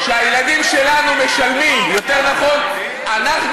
הפטור יהיה רק עד גיל 21,